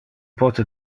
pote